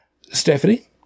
Stephanie